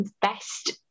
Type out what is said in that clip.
best